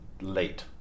late